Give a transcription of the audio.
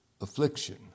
affliction